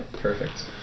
Perfect